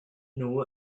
nhw